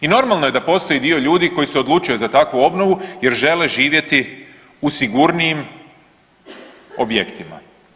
I normalno je da postoji dio ljudi koji se odlučio za takvu obnovu jer žele živjeti u sigurnijim objektima.